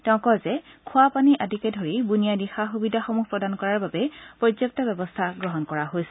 তেওঁ কয় যে খোৱা পানী আদিকে ধৰি বুণিয়াদী সা সুবিধাসমূহ প্ৰদান কৰাৰ বাবে পৰ্যাপ্ত ব্যৱস্থা গ্ৰহণ কৰা হৈছে